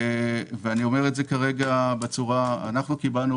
במהלך שנת 2020 קיבלנו